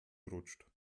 rutscht